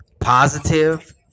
positive